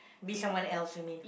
be someone else you mean